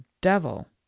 devil